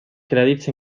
crèdits